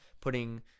putting